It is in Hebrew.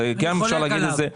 אני חולק עליו.